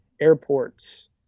airports